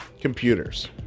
computers